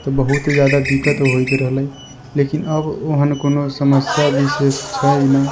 तऽ बहुत जादा दिक्कत होइत रहलै लेकिन अब ओहेन कोनो समस्या विशेष छै नहि